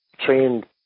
trained